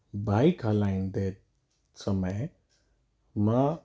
bike हलाईंदे समय मां